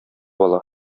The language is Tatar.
ала